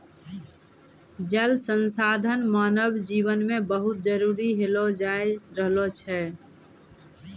जल संसाधन मानव जिवन मे बहुत जरुरी होलो जाय रहलो छै